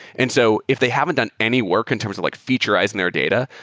and so if they haven't done any work in terms of like featurizing their data,